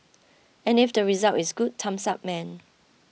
and if the result is good thumbs up man